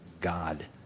God